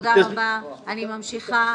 אני ממשיכה,